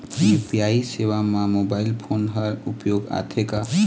UPI सेवा म mobile phone हर उपयोग आथे का?